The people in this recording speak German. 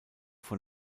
von